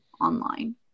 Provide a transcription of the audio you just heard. online